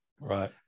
right